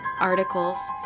articles